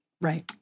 Right